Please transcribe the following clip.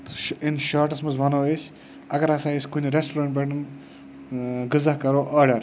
سُہ چھُ اِن شارٹَس منٛز وَنو أسۍ اگر ہَسا أسۍ کُنہِ ریٚسٹورَنٛٹ پٮ۪ٹھ ٲں غذا کَرو آرڈَر